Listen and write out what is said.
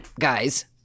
guys